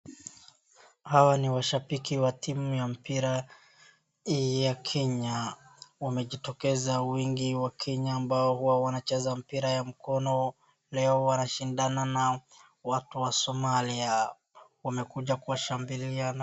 Hawa ni washabiki wa timu ya mpira ya Kenya. Wamejitokeza wengi wakenya ambao huwa wanacheza mpira ya mkono. Leo wanashindana na watu wa Somalia. Wamekuja kuwashambililia na.